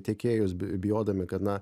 tiekėjus bijodami kad na